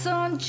on